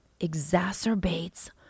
exacerbates